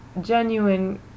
genuine